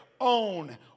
own